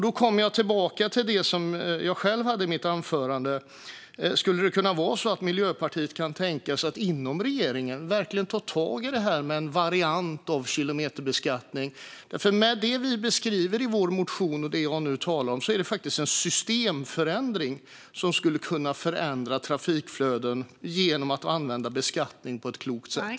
Då kommer jag tillbaka till det som jag själv tog upp i mitt anförande: Skulle det kunna vara så att Miljöpartiet kan tänka sig att inom regeringen verkligen ta tag i detta med en variant av kilometerbeskattning? Det vi beskriver i vår motion och det jag nu talar om är en systemförändring som skulle kunna förändra trafikflöden genom att beskattning används på ett klokt sätt.